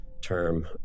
term